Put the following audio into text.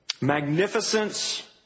magnificence